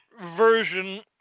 version